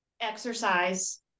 exercise